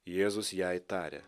jėzus jai tarė